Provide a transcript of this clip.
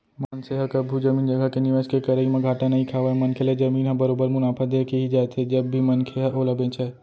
मनसे ह कभू जमीन जघा के निवेस के करई म घाटा नइ खावय मनखे ल जमीन ह बरोबर मुनाफा देके ही जाथे जब भी मनखे ह ओला बेंचय